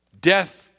Death